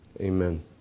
Amen